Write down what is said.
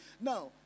Now